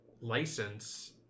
license